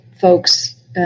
folks